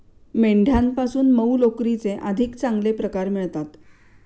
मेंढ्यांपासून मऊ लोकरीचे अधिक चांगले प्रकार मिळतात